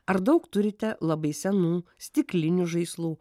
ar daug turite labai senų stiklinių žaislų